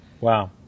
Wow